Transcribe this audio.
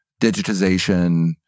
digitization